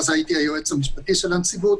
אז הייתי היועץ המשפטי של הנציבות,